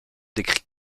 décrit